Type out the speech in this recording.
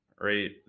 right